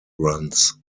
runs